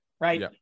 right